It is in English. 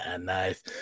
Nice